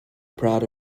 proud